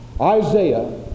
Isaiah